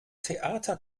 theater